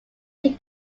take